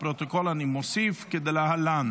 לפרוטוקול אני מוסיף כדלהלן